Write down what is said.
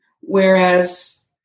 whereas